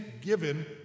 given